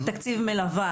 תקציב מלווה